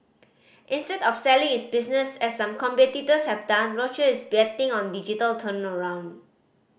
instead of selling its business as some competitors have done Roche is betting on digital turnaround